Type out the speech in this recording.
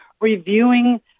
reviewing